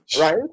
right